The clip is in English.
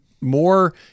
more